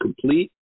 complete